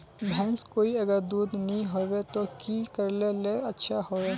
भैंस कोई अगर दूध नि होबे तो की करले ले अच्छा होवे?